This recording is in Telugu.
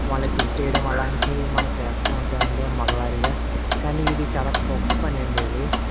వాళ్ళని తిట్టేయడం అలాంటివి మనం చేస్తా ఉంటాము అండి మగవారిగా కానీ ఇది చాలా తప్పు పని అండి అది